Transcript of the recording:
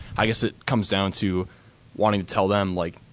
i guess it comes down to wanting to tell them like,